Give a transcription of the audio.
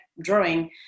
drawing